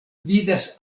vidas